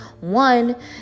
One